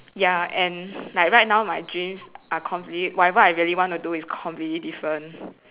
ya and like right now my dreams are completely whatever I really want to do is completely different